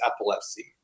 epilepsy